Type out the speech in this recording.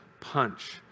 punch